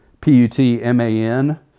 P-U-T-M-A-N